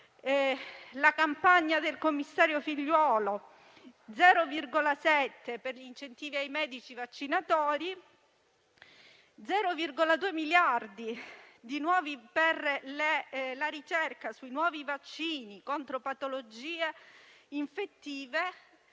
la campagna del commissario Figliuolo, 0,7 miliardi di euro per gli incentivi ai medici vaccinatori e 0,2 miliardi di euro per la ricerca sui nuovi vaccini contro patologie infettive.